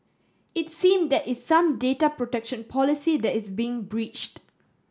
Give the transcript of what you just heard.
it seem that is some data protection policy that is being breached